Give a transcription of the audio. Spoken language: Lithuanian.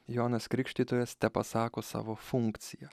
jonas krikštytojas tepasako savo funkciją